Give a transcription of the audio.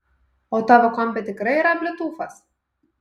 o tavo kompe tikrai yra bliutūfas